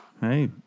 Hey